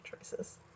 choices